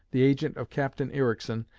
the agent of captain ericsson,